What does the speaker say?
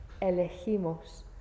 elegimos